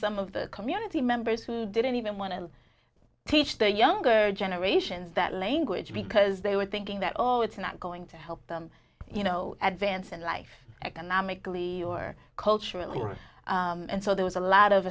some of the community members who didn't even want to teach the younger generations that language because they were thinking that all it's not going to help them you know advance in life economically or culturally and so there was a lot of